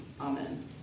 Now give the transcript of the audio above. Amen